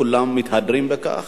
כולם מתהדרים בכך